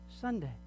Sunday